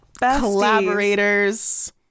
Collaborators